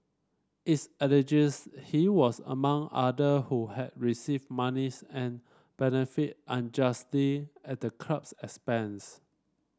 it's alleges he was among other who had received monies and benefited unjustly at the club's expense